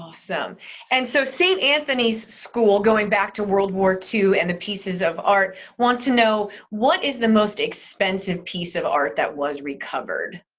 ah so and so seeing anthony's school. going back to world war ii and the pieces of art, want to know what is the most expensive piece of art that was recovered?